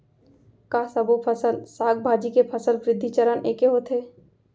का सबो फसल, साग भाजी के फसल वृद्धि चरण ऐके होथे?